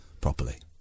properly